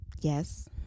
Yes